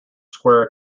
square